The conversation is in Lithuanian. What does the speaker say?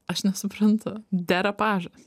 aš nesuprantu derapažas